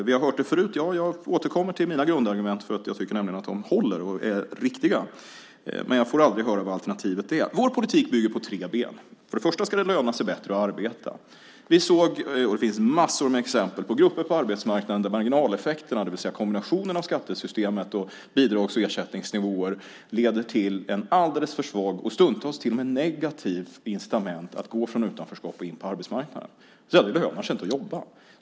"Vi har hört det förut." Ja, jag återkommer till mina grundargument eftersom jag tycker att de håller och är riktiga, men jag får aldrig höra vad alternativet är. Vår politik bygger på tre ben. För det första ska det löna sig bättre att arbeta. Det finns mängder av exempel på grupper på arbetsmarknaden där marginaleffekterna, det vill säga kombinationen av skattesystemet och bidrags och ersättningsnivåerna, leder till ett alldeles för svagt och stundtals till och med negativt incitament att gå från utanförskap in på arbetsmarknaden. Det lönar sig inte att jobba.